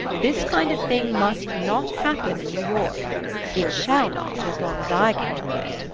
this kind of thing must not happen in new york it shall not, as long as i can help it,